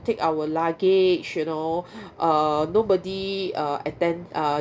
take our luggage you know uh nobody uh attend uh